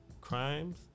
crimes